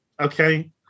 Okay